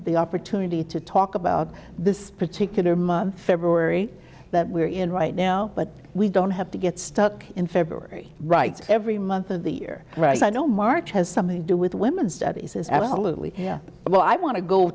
the opportunity to talk about this particular month february that we're in right now but we don't have to get stuck in february right every month of the year right so i don't march has something to do with women's studies is absolutely well i'm want to go